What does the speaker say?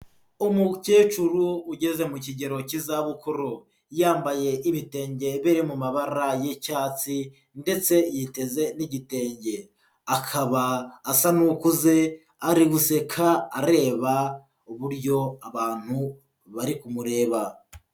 Umukecuru ugeze mu kigero cy'izabukuru, yambaye ibitenge biri mu mabara y'icyatsi ndetse yiteze n'igitenge, akaba asa n'ukuze ari guseka areba uburyo abantu bari kumureba.